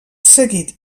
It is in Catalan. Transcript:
seguit